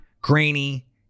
grainy